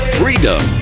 freedom